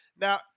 Now